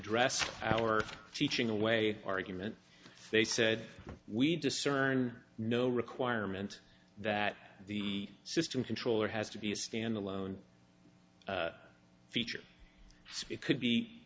dressed our teaching away argument they said we discern no requirement that the system controller has to be a stand alone feature it could be